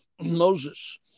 Moses